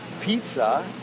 pizza